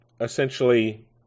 Essentially